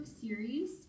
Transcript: series